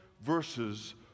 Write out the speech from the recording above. verses